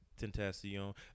Tentacion